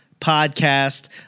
podcast